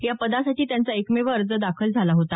या पदासाठी त्यांचा एकमेव अर्ज दाखल आला होता